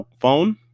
phone